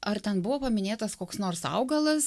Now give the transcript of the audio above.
ar ten buvo paminėtas koks nors augalas